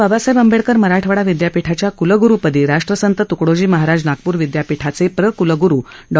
बाबासाहेब आंबेडकर मराठवाडा विद्यापीठाच्या क्लग्रुपदी राष्ट्रसंत त्कडोजी महाराज नागपूर विदयापीठाचे प्र कुलग्रु डॉ